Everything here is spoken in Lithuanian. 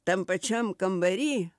tam pačiam kambary